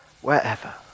wherever